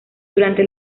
durante